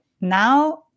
now